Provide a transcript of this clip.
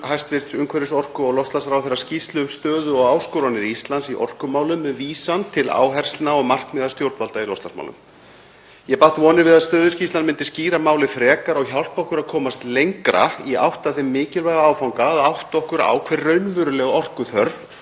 hæstv. umhverfis-, orku- og loftslagsráðherra skýrslu um stöðu og áskoranir Íslands í orkumálum með vísan til áherslna og markmiða stjórnvalda í loftslagsmálum. Ég batt vonir við að stöðuskýrslan myndi skýra málið frekar og hjálpa okkur að komast lengra í átt að þeim mikilvæga áfanga að átta okkur á hver raunveruleg orkuþörf